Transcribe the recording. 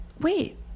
wait